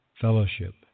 fellowship